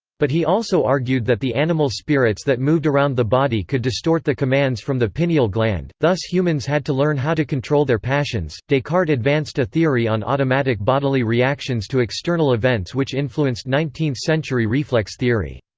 but he also argued that the animal spirits that moved around the body could distort the commands from the pineal gland, thus humans had to learn how to control their passions descartes advanced a theory on automatic bodily reactions to external events which influenced nineteenth century reflex theory.